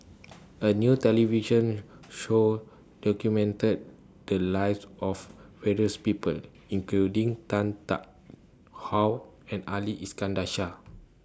A New television Show documented The Lives of various People including Tan Tarn How and Ali Iskandar Shah